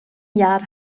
jahr